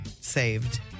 saved